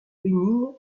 bénigne